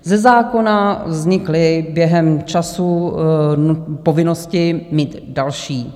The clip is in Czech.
Ze zákona vznikly během času povinnosti mít další.